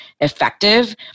effective